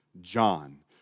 John